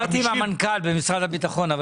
הם